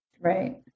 right